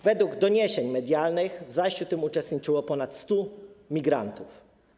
Według doniesień medialnych w zajściu tym uczestniczyło ponad 100 migrantów.